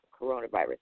coronavirus